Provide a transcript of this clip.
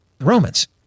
romans